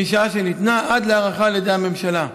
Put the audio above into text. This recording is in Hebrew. משעה שניתנה עד להארכה על ידי הממשלה.